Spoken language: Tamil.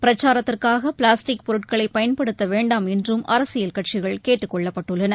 பிரச்சாரத்திற்காக பிளாஸ்டிக் பொருட்களை பயன்படுத்த வேண்டாம் என்றும் அரசியல் கட்சிகள் கேட்டுக் கொள்ளப்பட்டுள்ளன